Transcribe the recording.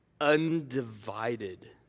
undivided